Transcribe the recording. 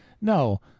no